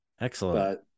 Excellent